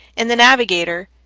in the navigator,